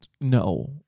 No